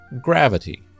gravity